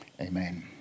Amen